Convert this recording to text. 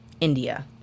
India